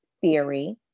theory